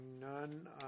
none